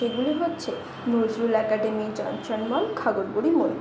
সেগুলি হচ্ছে Nazrul academy junction mall Ghaghar Buri মন্দির